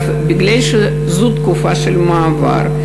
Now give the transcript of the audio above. מכיוון שזאת תקופת מעבר,